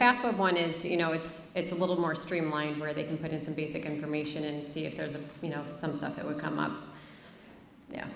fast one is you know it's it's a little more streamlined where they can put in some basic information and see if there's a you know some stuff that would come up